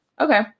okay